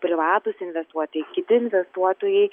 privatūs investuotojai kiti investuotojai